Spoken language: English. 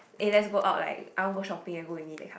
eh let's go out like I want go shopping and go with me that kind